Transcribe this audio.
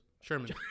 Sherman